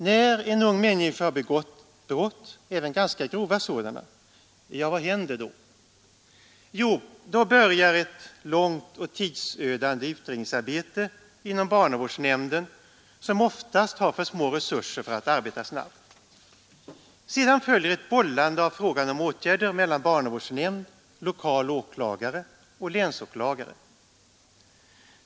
När en ung människa har begått brott, även ganska grova sådana, vad händer då? Jo, då börjar ett långt och tidsödande utredningsarbete inom barnavårdsnämnden, som oftast har för små resurser för att arbeta snabbt. Sedan följer ett bollande av frågan om åtgärder mellan barnavårdsnämnd, lokal åklagare och länsåklagare.